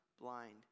blind